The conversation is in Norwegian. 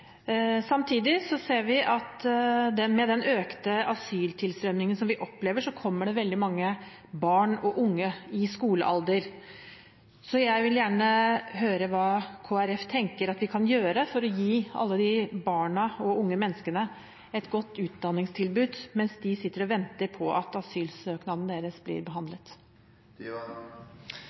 Samtidig ser vi at med den økte asyltilstrømningen som vi opplever, kommer det veldig mange barn og unge i skolealder. Jeg vil gjerne høre hva Kristelig Folkeparti tenker at vi kan gjøre for å gi alle disse barna og unge menneskene et godt utdanningstilbud mens de sitter og venter på at asylsøknaden deres blir